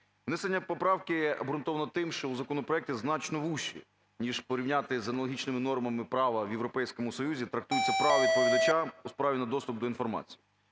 Внесення поправки обґрунтовано тим, що в законопроекті значно вужчі, ніж порівняти з аналогічними нормами права в Європейському Союзі трактується право відповідача у справі на доступ до інформації.